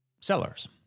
sellers